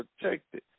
protected